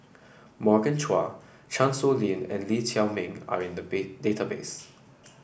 Morgan Chua Chan Sow Lin and Lee Chiaw Meng are in the bay database